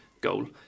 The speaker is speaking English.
goal